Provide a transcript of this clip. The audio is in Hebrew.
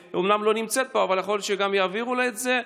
שאומנם לא נמצאת פה אבל יכול להיות שיעבירו לה את זה: